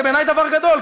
זה בעיני דבר גדול,